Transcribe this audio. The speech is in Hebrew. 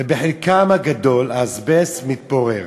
ובחלקם הגדול האזבסט מתפורר.